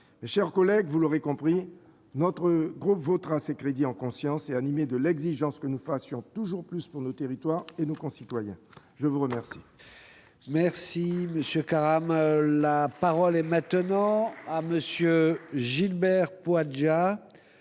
les élus locaux. Vous l'aurez compris, notre groupe votera ces crédits, en conscience, et animé de l'exigence que nous fassions toujours plus pour nos territoires et nos concitoyens. La parole